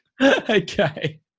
okay